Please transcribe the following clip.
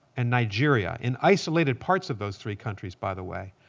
and nigeria in isolated parts of those three countries, by the way.